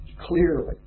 clearly